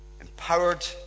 empowered